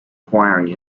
acquiring